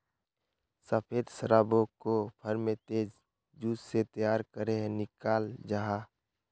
सफ़ेद शराबोक को फेर्मेंतेद जूस से तैयार करेह निक्लाल जाहा